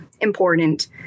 important